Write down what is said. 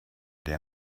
der